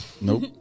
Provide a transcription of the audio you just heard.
Nope